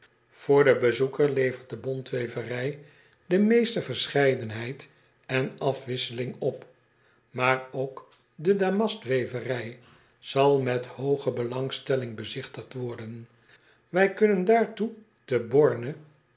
oor den bezoeker levert de bontweverij de meeste verscheidenheid en afwisseling op maar ook de d a m a s t w e v e r i j zal met hooge belangstelling bezigtigd worden ij kunnen daartoe te orne